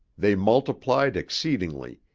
they multiplied exceedingly,